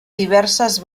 diverses